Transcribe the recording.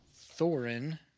Thorin